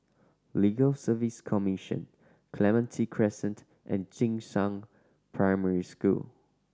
Legal Service Commission Clementi Crescent and Jing Shan Primary School